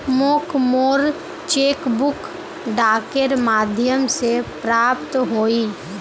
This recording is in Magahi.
मोक मोर चेक बुक डाकेर माध्यम से प्राप्त होइए